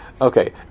okay